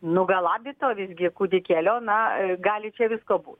nugalabyto visgi kūdikėlio na gali čia visko būt